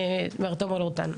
מר תומר לוטן.